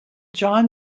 john